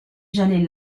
j’allais